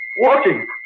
walking